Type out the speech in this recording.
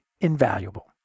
invaluable